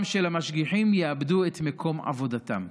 של המשגיחים יאבדו את מקום עבודתם,